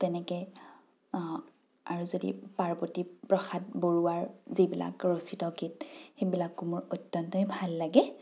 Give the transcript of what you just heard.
তেনেকৈ আৰু যদি পাৰ্ৱতী প্ৰসাদ বৰুৱাৰ যিবিলাক ৰচিত গীত সেইবিলাকো মোৰ অত্যন্তই ভাল লাগে